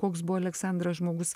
koks buvo aleksandras žmogus